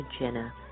Jenna